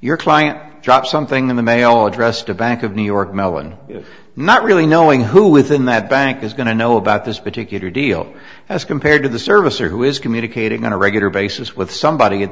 your client drop something in the mail addressed a bank of new york mellon is not really knowing who within that bank is going to know about this particular deal as compared to the service or who is communicating on a regular basis with somebody at